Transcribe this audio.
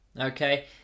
okay